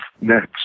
next